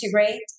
integrate